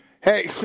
Hey